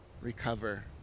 recover